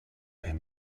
per